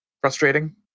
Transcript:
frustrating